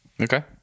Okay